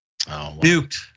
Nuked